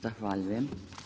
Zahvaljujem.